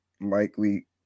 likely